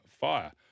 Fire